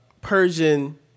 Persian